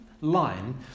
line